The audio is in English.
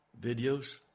videos